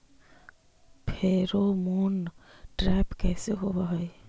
Pheromone trap कैसे होब हई?